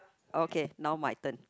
okay now my turn